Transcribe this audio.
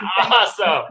awesome